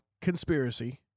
conspiracy